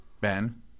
Ben